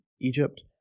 Egypt